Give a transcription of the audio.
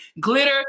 Glitter